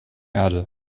erde